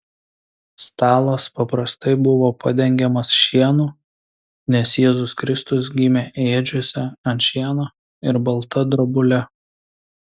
stalas paprastai buvo padengiamas šienu nes jėzus kristus gimė ėdžiose ant šieno ir balta drobule